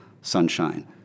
sunshine